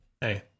Hey